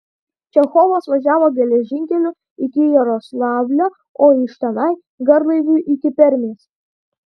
čechovas važiavo geležinkeliu iki jaroslavlio o iš tenai garlaiviu iki permės